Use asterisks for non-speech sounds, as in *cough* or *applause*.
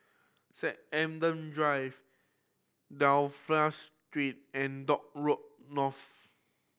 *unintelligible* Adam Drive *unintelligible* Street and Dock Road North